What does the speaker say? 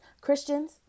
Christians